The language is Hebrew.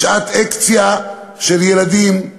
בשעת אקציה של ילדים,